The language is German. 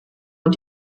und